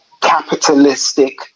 capitalistic